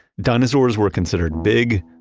dinosaurs were considered big,